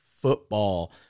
Football